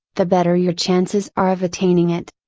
the better your chances are of attaining it.